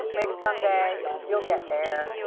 maybe someday you'll get there.